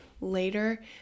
later